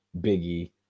Biggie